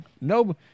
no